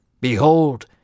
Behold